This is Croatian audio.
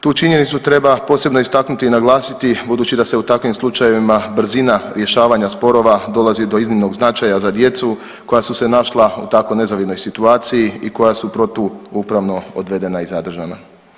Tu činjenicu treba posebno istaknuti i naglasiti budući da se u takvim slučajevima brzina rješavanja sporova dolazi do iznimnog značaja za djecu koja su se našla u tako nezavidnoj situaciji i koja su protuupravno odvedena i zadržana.